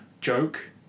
joke